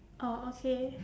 orh okay